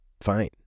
fine